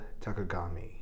Takagami